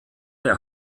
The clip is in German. der